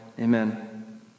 Amen